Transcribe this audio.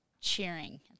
cheering